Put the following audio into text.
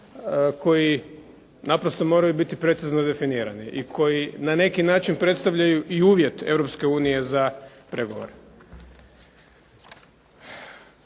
koji naprosto moraju biti precizno definirani, i koji na neki način predstavljaju i uvjet Europske